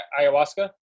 Ayahuasca